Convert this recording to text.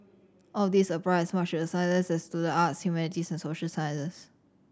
all of these apply as much to the sciences as to the arts humanities and social sciences